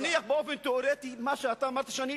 נניח, באופן תיאורטי, שמה שאתה אמרת,